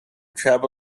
traveled